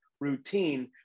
routine